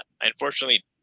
unfortunately